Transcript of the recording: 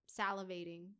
salivating